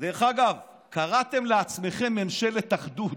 דרך אגב, קראתם לעצמכם ממשלת אחדות.